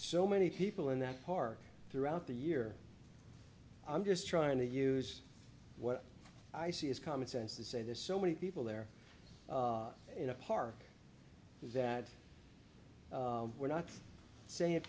so many people in that park throughout the year i'm just trying to use what i see is common sense to say there's so many people there in a park that we're not saying that